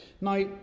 now